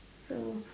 ya